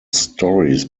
stories